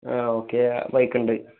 ആ okay bike ഉണ്ട്